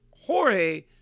Jorge